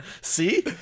See